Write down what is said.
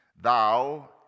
thou